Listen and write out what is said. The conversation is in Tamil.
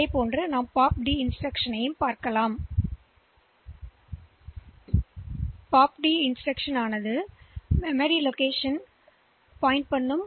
இதேபோல் இது எங்களுக்கு கிடைத்துள்ளது இந்த POP D இன்ஸ்டிரக்ஷன்லைப் பெற்றுள்ளோம்